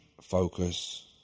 focus